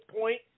point